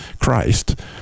Christ